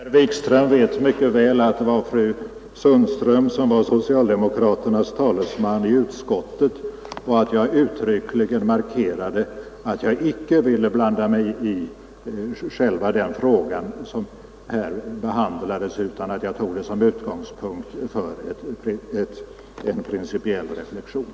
Herr talman! Herr Wikström vet mycket väl att det var fru Sundström som var talesman för socialdemokraterna i utskottet och att jag uttryckligen markerade att jag inte ville blanda mig i den fråga som här behandlades utan att jag tog den som utgångspunkt för en principiell reflexion.